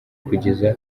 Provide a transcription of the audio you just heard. kugeza